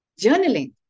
Journaling